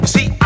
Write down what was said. See